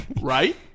Right